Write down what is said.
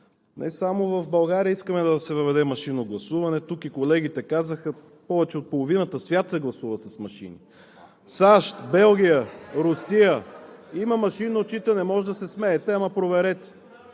Не само в България искаме да се въведе машинно гласуване. Тук и колегите казаха: в повече от половината свят се гласува с машини – САЩ, Белгия, Русия, има машинно отчитане. (Смях.) Може да се смеете, ама проверете.